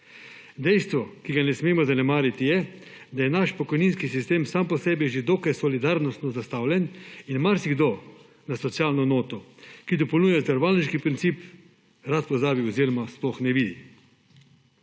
Dejstvo, ki ga ne smemo zanemariti, je, da je naš pokojninski sistem sam po sebi že dokaj solidarnostno zastavljen, in marsikdo na socialno noto, ki dopolnjuje zavarovalniški princip, rad pozabi oziroma je sploh ne vidi.